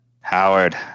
Howard